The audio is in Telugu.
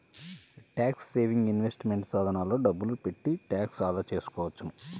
ట్యాక్స్ సేవింగ్ ఇన్వెస్ట్మెంట్ సాధనాల్లో డబ్బులు పెట్టి ట్యాక్స్ ఆదా చేసుకోవచ్చు